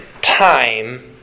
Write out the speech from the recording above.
time